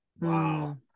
Wow